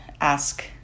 ask